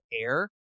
air